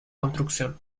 construcción